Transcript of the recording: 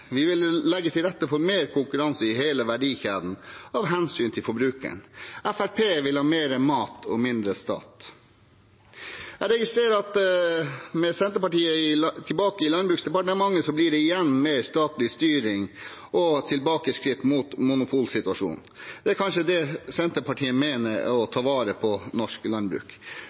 Vi vil legge til rette for mer konkurranse i hele verdikjeden av hensyn til forbrukerne. Fremskrittspartiet vil ha mer mat og mindre stat. Jeg registrerer at med Senterpartiet tilbake i Landbruksdepartementet blir det igjen mer statlig styring og tilbakeskritt mot monopolsituasjonen. Det er kanskje det Senterpartiet mener er å ta vare på norsk landbruk.